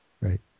Right